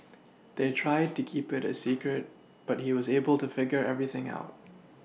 they tried to keep it a secret but he was able to figure everything out